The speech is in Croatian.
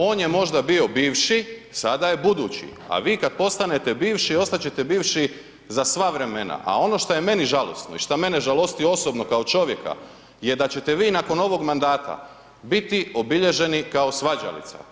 On je možda bio bivši, sada je budući, a vi kad postanete bivši ostat ćete bivši za sva vremena, a ono što je meni žalosno i šta mene žalosti osobno kao čovjeka je da ćete vi nakon ovoga mandata biti obilježeni kao svađalica.